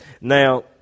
Now